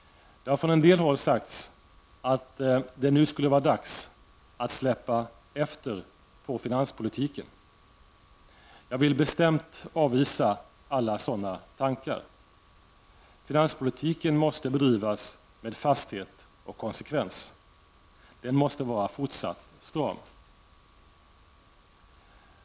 Det har från en del håll sagts att det nu skulle vara dags att släppa efter på finanspolitiken. Jag vill bestämt avvisa alla sådana tankar. Finanspolitiken måste bedrivas med fasthet och konsekvens. Den måste vara fortsatt stram.